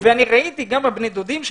אני ראיתי את בני הדודים שלי,